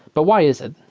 but why is it?